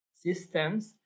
systems